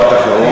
משפט אחרון.